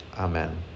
Amen